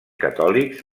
catòlics